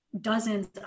dozens